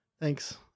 thanks